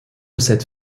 cette